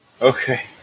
Okay